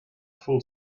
full